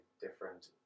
different